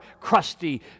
crusty